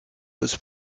was